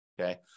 Okay